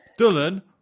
dylan